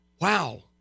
Wow